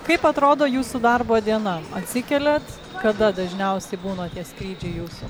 kaip atrodo jūsų darbo diena atsikeliat kada dažniausiai būna tie skrydžiai jūsų